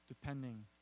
depending